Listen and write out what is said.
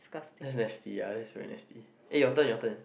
that's nasty ya that's very nasty eh your turn your turn